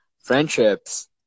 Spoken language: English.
friendships